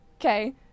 Okay